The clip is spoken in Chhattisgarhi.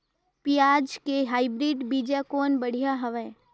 पियाज के हाईब्रिड बीजा कौन बढ़िया हवय?